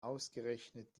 ausgerechnet